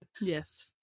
Yes